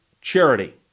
charity